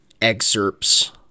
excerpts